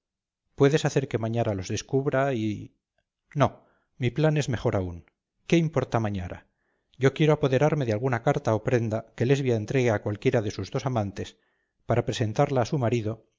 puedes hacer que mañara los descubra y no mi plan es mejor aún qué importa mañara yo quiero apoderarme de alguna carta o prenda que lesbia entregue a cualquiera de sus dos amantes para presentarla a su marido